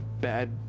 bad